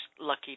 lucky